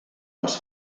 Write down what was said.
les